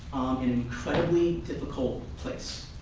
in incredibly difficult place.